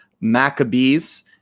Maccabees